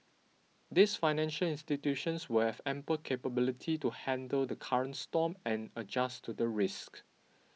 this financial institutions will have ample capability to handle the current storm and adjust to the risks